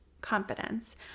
confidence